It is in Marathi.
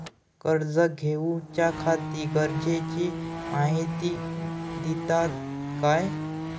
कर्ज घेऊच्याखाती गरजेची माहिती दितात काय?